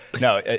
no